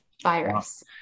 virus